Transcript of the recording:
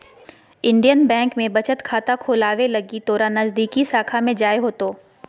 Indian Bank में बचत खाता खोलावे लगी तोरा नजदीकी शाखा में जाय होतो